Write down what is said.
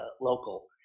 local